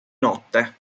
notte